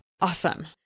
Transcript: Awesome